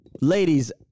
Ladies